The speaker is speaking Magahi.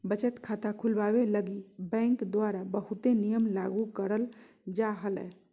बचत खाता खुलवावे लगी बैंक द्वारा बहुते नियम लागू करल जा हय